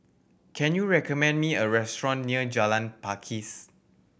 can you recommend me a restaurant near Jalan Pakis